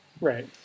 Right